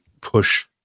push